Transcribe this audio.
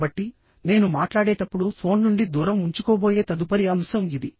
కాబట్టి నేను మాట్లాడేటప్పుడు ఫోన్ నుండి దూరం ఉంచుకోబోయే తదుపరి అంశం ఇది